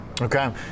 Okay